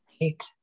Right